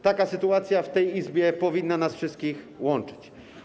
Taka sytuacja w tej Izbie powinna nas wszystkich łączyć.